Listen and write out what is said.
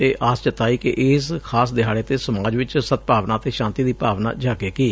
ਅਤੇ ਆਸ ਜਤਾਈ ਕਿ ਇਸ ਖਾਸ ਦਿਹਾੜੇ ਤੇ ਸਮਾਜ ਚ ਸਦਭਾਵਨਾ ਅਤੇ ਸ਼ਾਂਤੀ ਦੀ ਭਾਵਨਾ ਜਾਗੇਗੀ